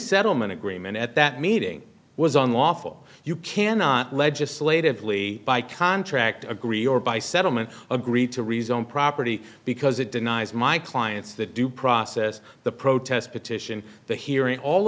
settlement agreement at that meeting was unlawful you cannot legislatively by contract agree or by settlement agreed to rezone property because it denies my client's the due process the protest petition the hearing all